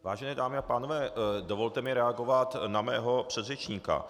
Vážené dámy a pánové, dovolte mi reagovat na mého předřečníka.